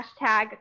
hashtag